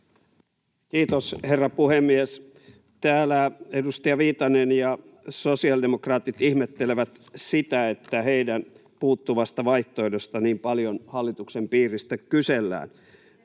Kiitos, herra puhemies! Täällä edustaja Viitanen ja sosiaalidemokraatit ihmettelevät sitä, että heidän puuttuvasta vaihtoehdostaan niin paljon hallituksen piiristä kysellään.